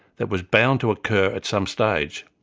that was bound to occur at some stage.